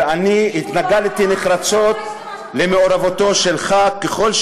ואני התנגדתי נחרצות למעורבותו של חבר כנסת,